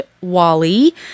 Wally